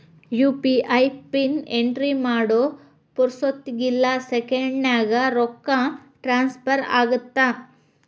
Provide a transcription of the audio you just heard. UPI pin entry ಮಾಡೋ ಪುರ್ಸೊತ್ತಿಗಿಲ್ಲ ಸೆಕೆಂಡ್ಸ್ನ್ಯಾಗ ರೊಕ್ಕ ಟ್ರಾನ್ಸ್ಫರ್ ಆಗತ್ತ